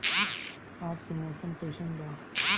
आज के मौसम कइसन बा?